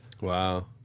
Wow